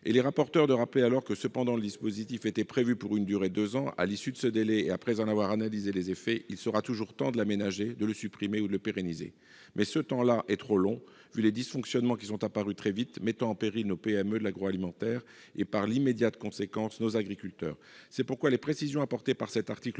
Et les rapporteurs de rappeler alors : le dispositif « était prévu pour une durée de deux ans : à l'issue de ce délai et après en avoir analysé les effets, il sera toujours temps de l'aménager, de le supprimer ou de le pérenniser. » Mais ce temps-là est trop long, au vu des dysfonctionnements, qui sont apparus très vite, mettant en péril nos PME de l'agroalimentaire et, donc, nos agriculteurs. Telles sont les raisons pour lesquelles les